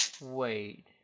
wait